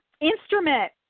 instrument